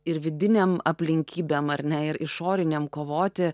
ir vidiniam aplinkybėm ar ne ir išoriniam kovoti